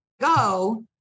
go